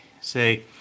say